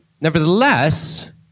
nevertheless